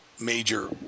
major